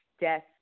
death